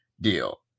deal